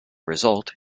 result